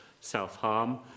self-harm